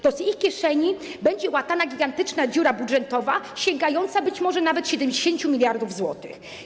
To z ich kieszeni będzie łatana gigantyczna dziura budżetowa, sięgająca być może nawet 70 mld zł.